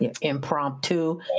impromptu